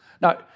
Now